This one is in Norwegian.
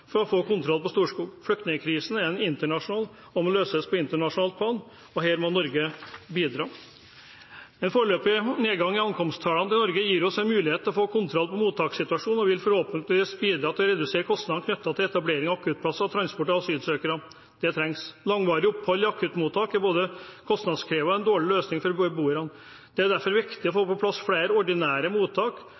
for å få kontroll på Storskog. Flyktningkrisen er internasjonal og må løses på internasjonalt plan. Her må Norge bidra. En foreløpig nedgang i ankomsttallene til Norge gir oss mulighet til å få kontroll på mottakssituasjonen og vil forhåpentligvis bidra til å redusere kostnader knyttet til etablering av akuttplasser og transport av asylsøkerne. Det trengs. Langvarig opphold i akuttopptak er både kostnadskrevende og en dårlig løsning for beboerne. Det er derfor viktig å få på plass flere ordinære mottak,